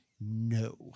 no